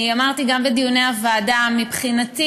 אני אמרתי גם בדיוני הוועדה: מבחינתי